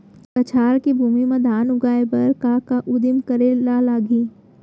कछार के भूमि मा धान उगाए बर का का उदिम करे ला लागही?